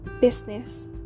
business